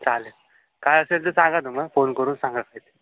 चालेल काय असेल तर सांगा तुम्हा फोन करून सांगा काय ते